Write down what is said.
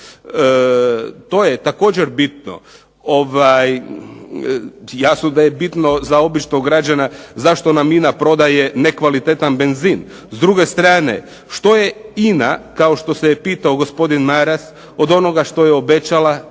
to je također bitno. Jasno da je bitno za običnog građanina zašto nam INA prodaje nekvalitetan benzin. S druge strane, što je INA, kao što se pitao gospodin Maras, od onoga što je obećala